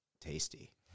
tasty